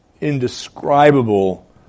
indescribable